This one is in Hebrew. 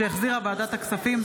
שהחזירה ועדת הכספים.